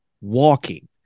walking